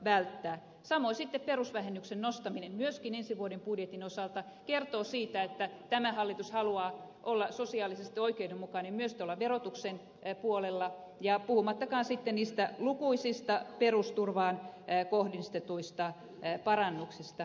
samoin sitten perusvähennyksen nostaminen myöskin ensi vuoden budjetin osalta kertoo siitä että tämä hallitus haluaa olla sosiaalisesti oikeudenmukainen myös verotuksen puolella puhumattakaan sitten niistä lukuisista perusturvaan kohdistetuista parannuksista